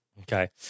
Okay